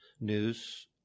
news